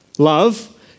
Love